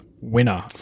winner